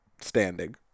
standing